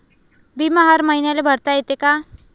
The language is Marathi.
बिमा हर मईन्याले भरता येते का?